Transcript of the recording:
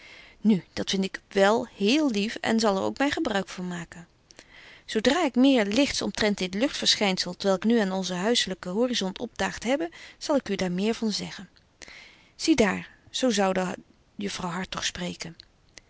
nu dat vind ik wél héél lief en zal er ook myn gebruik van maken zo dra ik meer lichts omtrent dit luchtverschynzel t welk nu aan onzen huisselyken horisont opdaagt hebbe zal ik u daar meer van zeggen zie daar zo zoude juffrouw hartog spreken